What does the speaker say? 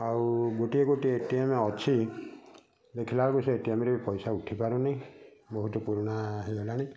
ଆଉ ଗୋଟିଏ ଗୋଟିଏ ଏ ଟି ଏମ୍ ଅଛି ଦେଖିଲାକୁ ସେ ଏଟିଏମ୍ରେ ବି ପଇସା ଉଠିପାରୁନି ବହୁତ ପୁରୁଣା ହେଇଗଲାଣି